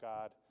God